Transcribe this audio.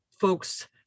folks